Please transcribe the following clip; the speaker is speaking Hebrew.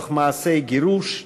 תוך מעשי גירוש,